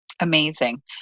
Amazing